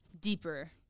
deeper